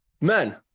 men